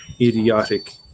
idiotic